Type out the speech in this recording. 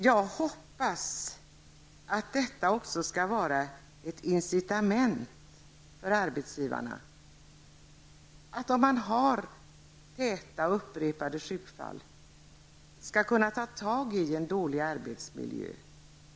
Jag hoppas att detta skall vara ett incitament för arbetsgivarna att ta tag i en dålig arbetsmiljö om man har täta och upprepade sjukfall.